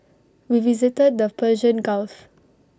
we visited the Persian gulf